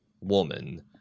woman